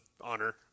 honor